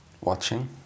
watching